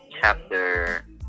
chapter